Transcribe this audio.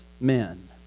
men